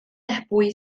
ebwy